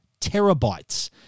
terabytes